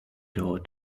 door